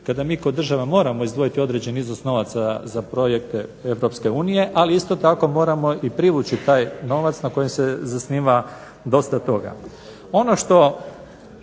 kada mi kao država moramo izdvojiti određeni iznos novaca za projekte EU, ali isto tako moramo i privući taj novac na kojem se zasniva dosta toga.